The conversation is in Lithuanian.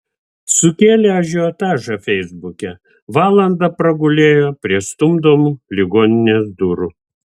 sukėlė ažiotažą feisbuke valandą pragulėjo prie stumdomų ligoninės durų